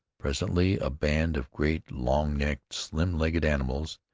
presently a band of great, long-necked, slim-legged animals,